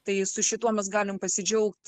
tai su šituo mes galim pasidžiaugt